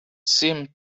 seemed